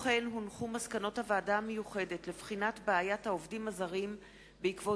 מסקנות הוועדה המיוחדת לבחינת בעיית העובדים הזרים בעקבות